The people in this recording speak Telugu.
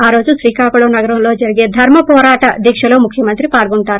ఆ రోజున శ్రీకాకుళం నగరంలో జరిగే ధర్మ హోరాట దీకలో ముఖ్యమంత్రి పాల్గొంటారు